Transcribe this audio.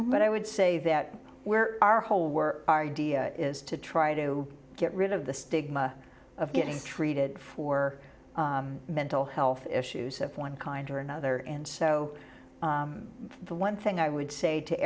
but i would say that where our whole work our idea is to try to get rid of the stigma of getting treated for mental health issues of one kind or another and so the one thing i would say to